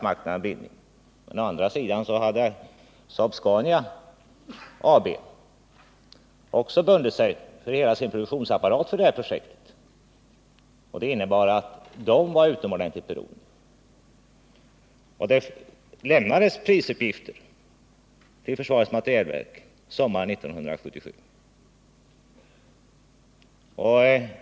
Men å andra sidan hade Saab Scania AB också bundit sig med hela sin produktionsapparat för detta Viggenprojekt, och det innebar att företaget var utomordentligt beroende. Prisuppgifter lämnades till försvarets materielverk sommaren 1977.